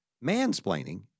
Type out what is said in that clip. man-splaining